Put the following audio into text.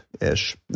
ish